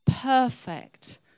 perfect